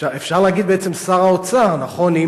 אפשר להגיד בעצם שר האוצר, נכון?